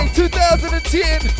2010